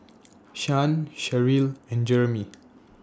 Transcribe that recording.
Shan Sherrill and Jeremie